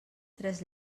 tres